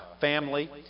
family